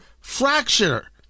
fracture